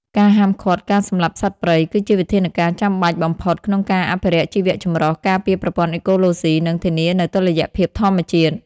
ការហាមឃាត់ការសម្លាប់សត្វព្រៃ គឺជាវិធានការចាំបាច់បំផុតក្នុងការអភិរក្សជីវៈចម្រុះ ការពារប្រព័ន្ធអេកូឡូស៊ី និងធានានូវតុល្យភាពធម្មជាតិ។